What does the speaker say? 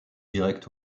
direct